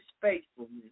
faithfulness